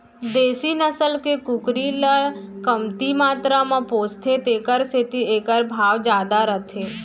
देसी नसल के कुकरी ल कमती मातरा म पोसथें तेकर सेती एकर भाव जादा रथे